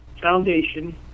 Foundation